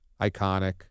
iconic